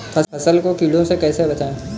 फसल को कीड़ों से कैसे बचाएँ?